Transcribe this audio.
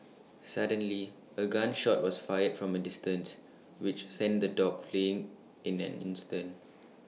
suddenly A gun shot was fired from A distance which sent the dogs fleeing in an instant